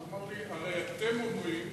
והוא אמר לי: הרי אתם אומרים